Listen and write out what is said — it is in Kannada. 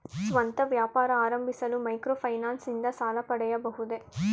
ಸ್ವಂತ ವ್ಯಾಪಾರ ಆರಂಭಿಸಲು ಮೈಕ್ರೋ ಫೈನಾನ್ಸ್ ಇಂದ ಸಾಲ ಪಡೆಯಬಹುದೇ?